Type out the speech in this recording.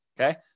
Okay